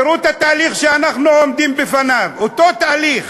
תראו את התהליך שאנחנו עומדים בפניו, אותו תהליך,